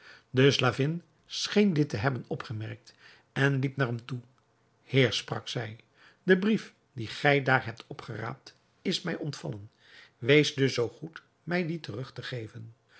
de slavin scheen dit te hebben opgemerkt en liep naar hem toe heer sprak zij de brief dien gij daar hebt opgeraapt is mij ontvallen wees dus zoo goed mij dien terug te geven